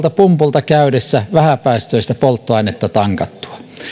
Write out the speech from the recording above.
pumpulla käydessään vähäpäästöistä polttoainetta tankattua